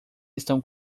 estão